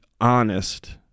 honest